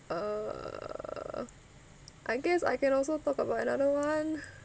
err I guess I can also talk about another one